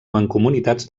mancomunitats